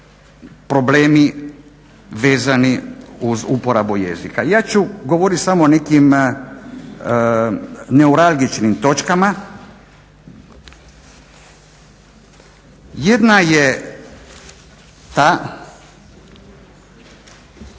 problemi vezani uz uporabu jezika. Ja ću govoriti samo o nekim neuralgičnim točkama. Jedna je ta